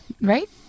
Right